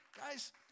guys